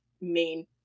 main